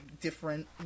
different